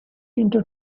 into